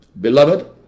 Beloved